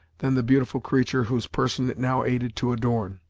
than the beautiful creature whose person it now aided to adorn.